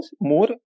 more